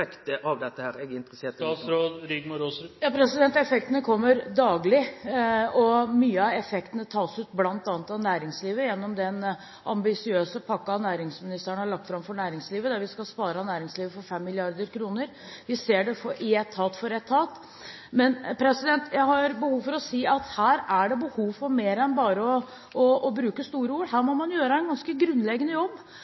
av dette, eg er interessert i. Effektene kommer daglig, og mye av effekten tas ut bl.a. av næringslivet gjennom den ambisiøse pakken næringsministeren har lagt fram for næringslivet, der vi skal spare næringslivet for 5 mrd. kr. Vi ser det i etat etter etat. Men jeg har behov for å si at her er det behov for mer enn bare å bruke store ord, her